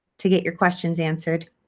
to get your questions answered,